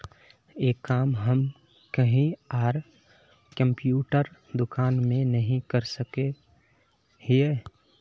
ये काम हम कहीं आर कंप्यूटर दुकान में नहीं कर सके हीये?